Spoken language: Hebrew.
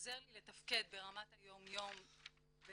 שעוזר לי לתפקד ברמת היום-יום ולצאת